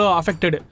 affected